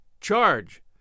Charge